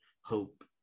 hope –